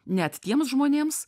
net tiems žmonėms